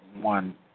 one